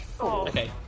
Okay